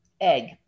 egg